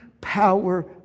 power